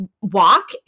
walk